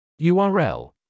url